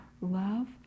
love